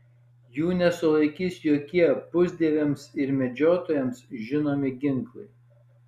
jų nesulaikys jokie pusdieviams ir medžiotojoms žinomi ginklai